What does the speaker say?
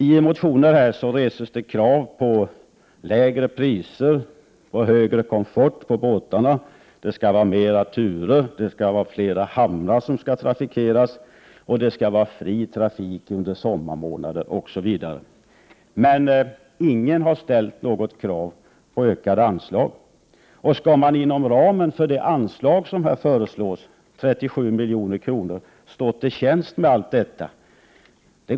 I motioner reses krav på lägre priser, högre komfort på båtarna, mera turer, flera hamnar som skall trafikeras, fri trafik under sommarmånaderna osv. Men ingen har ställt krav på ökade anslag. Inom det föreslagna anslaget, 37 milj.kr., kan man omöjligen stå till tjänst med allt detta.